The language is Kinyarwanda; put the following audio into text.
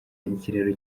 ikiraro